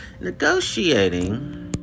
Negotiating